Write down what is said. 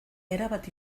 erabat